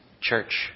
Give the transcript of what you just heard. church